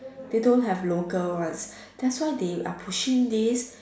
they don't have local ones that's why they are pushing these